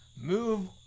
Move